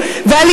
ואורטל,